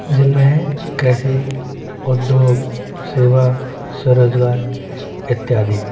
जिनमें है कृषि उद्योग सेवा से रोजगार इत्यादि